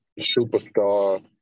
superstar